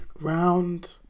Round